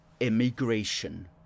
immigration